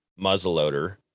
muzzleloader